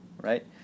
right